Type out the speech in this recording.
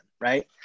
right